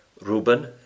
Reuben